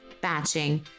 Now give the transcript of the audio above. batching